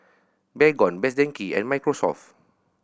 Baygon Best Denki and Microsoft